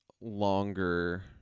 longer